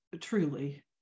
truly